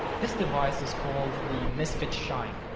this device is called the misfit shine,